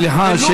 סליחה.